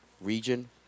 region